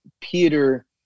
Peter